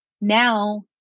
now